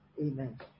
Amen